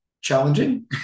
challenging